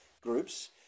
groups